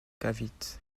cavite